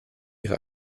ihre